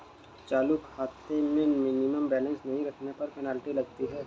चालू खाते में मिनिमम बैलेंस नहीं रखने पर पेनल्टी लगती है